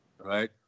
Right